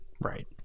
Right